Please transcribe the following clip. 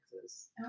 texas